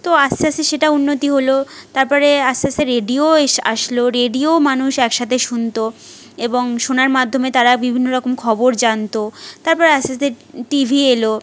তো আস্তে আস্তে সেটা উন্নতি হলো তারপরে আস্তে আস্তে রেডিও আসলো রেডিও মানুষ একসাথে শুনতো এবং শোনার মাধ্যমে তারা বিভিন্ন রকম খবর জানতো তারপর আস্তে আস্তে টিভি এলো